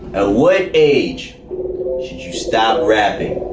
ah what age should you start rapping?